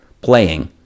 playing